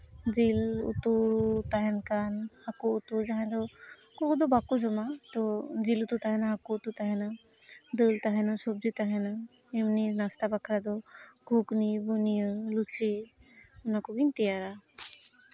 ᱡᱤᱞ ᱩᱛᱩ ᱛᱟᱦᱮᱱ ᱠᱷᱟᱱ ᱦᱟᱹᱠᱩ ᱩᱛᱩ ᱡᱟᱦᱟᱸᱭ ᱫᱚ ᱦᱟᱠᱳ ᱵᱟᱠᱚ ᱡᱚᱢᱟ ᱛᱳ ᱡᱤᱞ ᱩᱛᱩ ᱛᱟᱦᱮᱱᱟ ᱦᱟᱹᱠᱩ ᱩᱛᱩ ᱛᱟᱦᱮᱱᱟ ᱫᱟᱹᱞ ᱛᱟᱦᱮᱱᱟ ᱥᱚᱵᱽᱡᱤ ᱛᱟᱦᱮᱱᱟ ᱮᱢᱱᱤ ᱱᱟᱥᱛᱟ ᱵᱟᱠᱷᱨᱟ ᱫᱚ ᱜᱷᱩᱜᱽᱱᱤ ᱵᱩᱱᱤᱭᱟᱹ ᱞᱩᱪᱤ ᱚᱱᱟ ᱠᱚᱜᱤᱧ ᱛᱮᱭᱟᱨᱟ